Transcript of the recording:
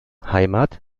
heimat